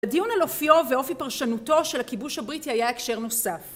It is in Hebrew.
הדיון על אופיו ואופי פרשנותו של הכיבוש הבריטי היה הקשר נוסף.